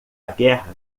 guerra